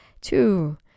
Two